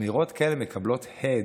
אמירות כאלה מקבלות הד,